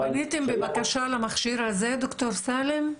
אבל --- פניתם בבקשה למכשיר הזה שאתה מדבר עליו דוקטור סאלם?